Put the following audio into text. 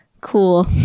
cool